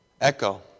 echo